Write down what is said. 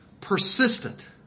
Persistent